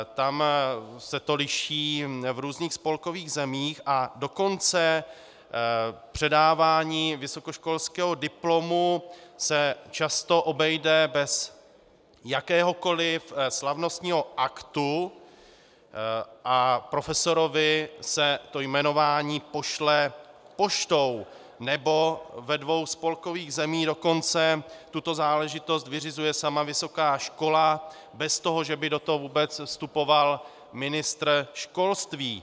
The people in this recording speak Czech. Tam se to liší v různých spolkových zemích, a dokonce předávání vysokoškolského diplomu se často obejde bez jakéhokoliv slavnostního aktu a profesorovi se jmenování pošle poštou, nebo ve dvou spolkových zemích dokonce tuto záležitost vyřizuje sama vysoká škola bez toho, že by do toho vůbec vstupoval ministr školství.